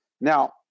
Now